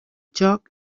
joc